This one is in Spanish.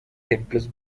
templos